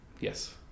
Yes